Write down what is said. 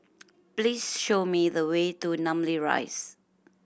please show me the way to Namly Rise